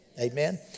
Amen